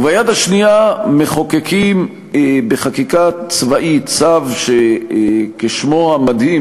וביד השנייה מחוקקים בחקיקה צבאית צו שכשמו המדהים,